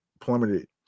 plummeted